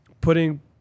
putting